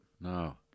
no